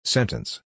Sentence